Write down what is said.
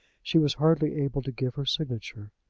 she was hardly able to give her signature.